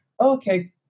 okay